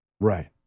Right